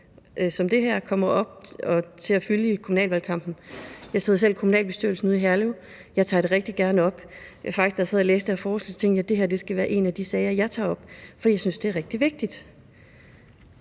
at det her tema kommer til at fylde i kommunalvalgkampen. Jeg sidder selv i kommunalbestyrelsen ude i Herlev. Jeg tager det rigtig gerne op. Da jeg sad og læste forslaget, tænkte jeg, at det her skal være en af de sager, jeg tager op, for jeg synes, det er rigtig vigtigt.